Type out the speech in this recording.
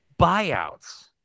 buyouts